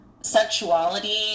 sexuality